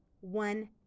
One